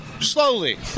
slowly